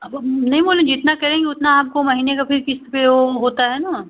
अब हम नहीं बोले जितना करेंगी उतना आपको महीने का फ़िर किश्त पर ओ होता है ना